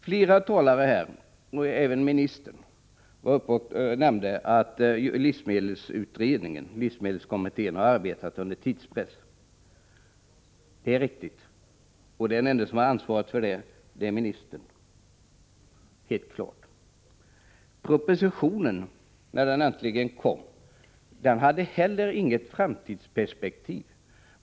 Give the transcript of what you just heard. Flera talare — även ministern — har sagt att livsmedelskommittén har arbetat under tidspress. Det är riktigt. Den ende som har ansvaret för det är ministern — det är helt klart. När propositionen äntligen kom hade den inget framtidsperspektiv.